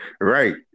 right